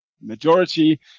majority